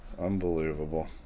unbelievable